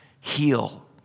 heal